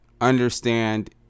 understand